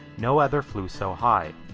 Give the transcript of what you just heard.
no other flew so high.